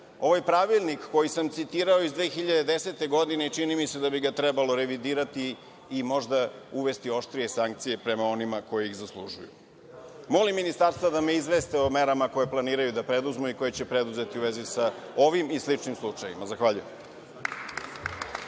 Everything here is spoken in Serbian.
ovaj Pravilnik koji sam citirao iz 2010. godine, čini mi se, da bi ga trebalo revidirati i možda uvesti oštrije sankcije prema onima koji ih zaslužuju. Molim ministarstva da me izveste o merama koje planiraju da preduzmu i koje će preduzeti u vezi sa ovim i sličnim slučajevima. Zahvaljujem.